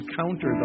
counter